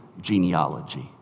genealogy